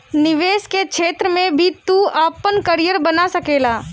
निवेश के क्षेत्र में भी तू आपन करियर बना सकेला